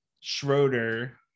Schroeder